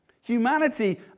Humanity